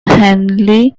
henley